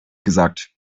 gesagt